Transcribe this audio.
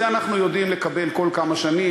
את זה אנחנו יודעים לקבל בכל כמה שנים.